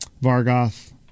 Vargoth